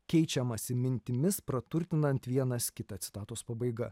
keičiamasi mintimis praturtinant vienas kitą citatos pabaiga